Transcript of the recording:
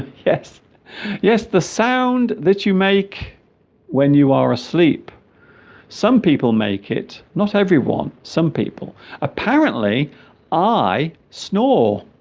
yes yes the sound that you make when you are asleep some people make it not everyone some people apparently i snore